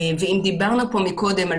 קודם דיברנו על